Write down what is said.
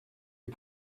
est